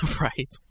Right